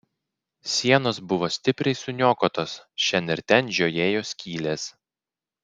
sienos buvo stipriai suniokotos šen ir ten žiojėjo skylės